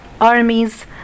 armies